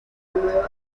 nueva